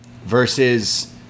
versus